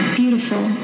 beautiful